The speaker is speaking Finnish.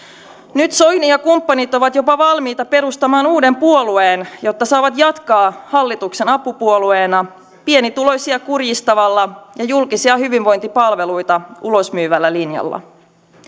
nyt soini ja kumppanit ovat jopa valmiita perustamaan uuden puolueen jotta saavat jatkaa hallituksen apupuolueena pienituloisia kurjistavalla ja julkisia hyvinvointipalveluita ulosmyyvällä linjalla